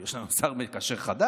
יש לנו שר מקשר חדש,